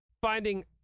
Finding